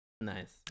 nice